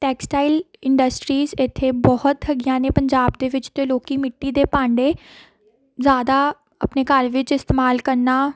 textile industries ਇੱਥੇ ਬਹੁਤ ਹੈਗੀਆਂ ਨੇ ਪੰਜਾਬ ਦੇ ਵਿੱਚ ਅਤੇ ਲੋਕ ਮਿੱਟੀ ਦੇ ਭਾਂਡੇ ਜ਼ਿਆਦਾ ਆਪਣੇ ਘਰ ਵਿੱਚ ਇਸਤੇਮਾਲ ਕਰਨਾ